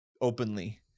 openly